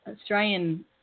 Australian